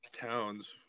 towns